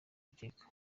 rukiko